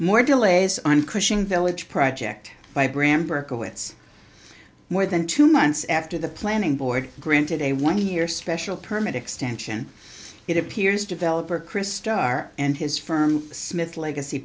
more delays on cushing village project by bramber acquits more than two months after the planning board granted a one year special permit extension it appears developer chris starr and his firm smith legacy